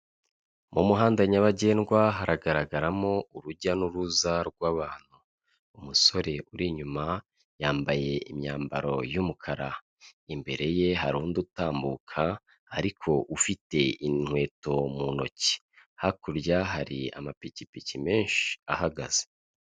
Mu muhanda nyabagendwa haragaragaramo urujya n'uruza rw'abantu, umusore uri inyuma yambaye imyambaro y'umukara, imbere ye hari undi utambuka ariko ufite inkweto mu ntoki, hakurya hari amapikipiki menshi ahagaze.